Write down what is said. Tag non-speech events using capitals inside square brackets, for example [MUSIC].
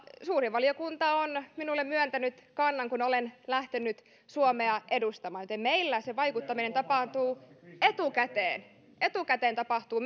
suuri valiokunta on minulle myöntänyt kannan kun olen lähtenyt suomea edustamaan joten meillä se vaikuttaminen tapahtuu etukäteen etukäteen tapahtuu [UNINTELLIGIBLE]